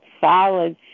solid